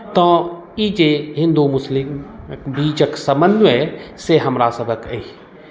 तऽ ई जे हिन्दू मुस्लिम बीचक समन्वय से हमरासभक एहि